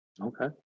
Okay